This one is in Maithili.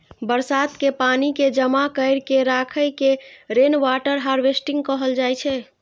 बरसात के पानि कें जमा कैर के राखै के रेनवाटर हार्वेस्टिंग कहल जाइ छै